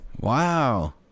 wow